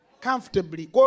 Comfortably